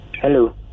Hello